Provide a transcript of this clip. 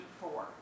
four